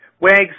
Wags